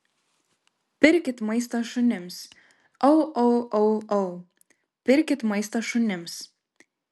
pirkit maistą šunims au au au au pirkit maistą šunims